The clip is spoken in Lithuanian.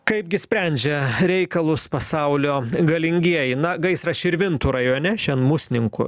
kaipgi sprendžia reikalus pasaulio galingieji na gaisras širvintų rajone šian musninkų